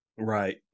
Right